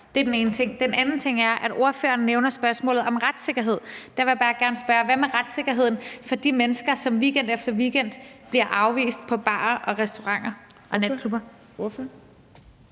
Det er den ene ting. Den anden ting er, at ordføreren nævner spørgsmålet om retssikkerhed. Der vil jeg bare gerne spørge: Hvad med retssikkerheden for de mennesker, som weekend efter weekend bliver afvist på barer, restauranter og natklubber?